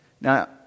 Now